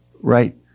right